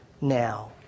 now